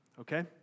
okay